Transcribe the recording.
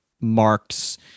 Mark's